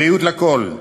בריאות לכול,